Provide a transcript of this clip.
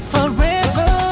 Forever